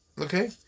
Okay